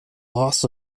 loss